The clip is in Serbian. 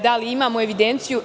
Da li imamo evidenciju?